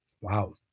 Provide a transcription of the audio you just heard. Wow